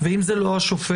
ואם זה לא השופט,